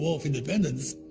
of independence,